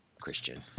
Christian